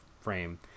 frame